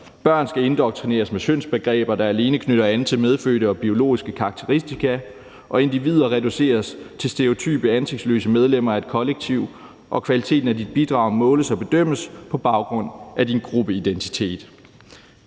Børn skal indoktrineres med syndsbegreber, der alene knytter an til medfødte og biologiske karakteristika, og individer reduceres til stereotype, ansigtsløse medlemmer af et kollektiv, og kvaliteten af dit bidrag måles og bedømmes på baggrund af din gruppeidentitet.